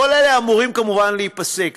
כל אלה אמורים, כמובן, להיפסק.